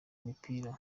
imipira